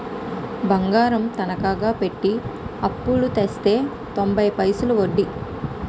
బంగారం తనకా పెట్టి అప్పుడు తెస్తే తొంబై పైసలే ఒడ్డీ